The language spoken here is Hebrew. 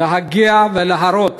להגיע ולהראות